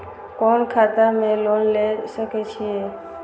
कोन खाता में लोन ले सके छिये?